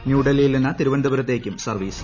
ന്യൂഡൽഹിയിൽ നിന്ന് തിരുവനന്തപുരത്തേയ്ക്കും സർവ്വീസ്